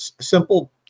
simple